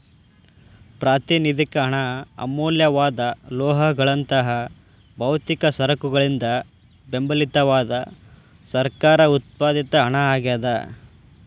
ಪ್ರಾತಿನಿಧಿಕ ಹಣ ಅಮೂಲ್ಯವಾದ ಲೋಹಗಳಂತಹ ಭೌತಿಕ ಸರಕುಗಳಿಂದ ಬೆಂಬಲಿತವಾದ ಸರ್ಕಾರ ಉತ್ಪಾದಿತ ಹಣ ಆಗ್ಯಾದ